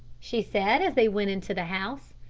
she said as they went into the house.